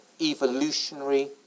evolutionary